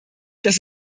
dass